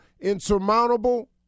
insurmountable